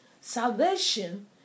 Salvation